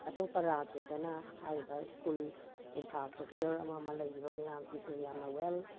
ꯑꯇꯣꯞꯄ ꯔꯥꯖ꯭ꯌꯥꯗꯅ ꯍꯥꯏꯔꯤꯕ ꯁ꯭ꯀꯨꯜ ꯏꯟꯐ꯭ꯔꯥ ꯏꯁꯇ꯭ꯔꯛꯆꯔ ꯑꯃ ꯑꯃ ꯂꯩꯔꯤꯕ ꯃꯌꯥꯝꯁꯤꯡꯁꯦ ꯌꯥꯝꯅ ꯋꯦꯜ